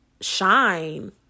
shine